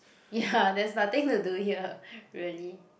ya there's nothing to do here really